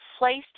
Placed